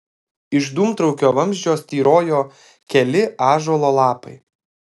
iš dūmtraukio vamzdžio styrojo keli ąžuolo lapai